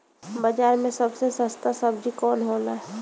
बाजार मे सबसे सस्ता सबजी कौन होला?